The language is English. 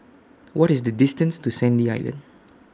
What IS The distance to Sandy Island